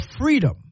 freedom